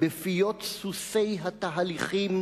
בפיות סוסי התהליכים